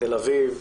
תל אביב,